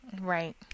Right